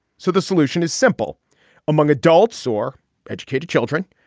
so the solution is simple among adults or educated children.